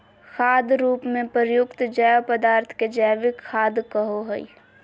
खाद रूप में प्रयुक्त जैव पदार्थ के जैविक खाद कहो हइ